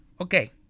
Okay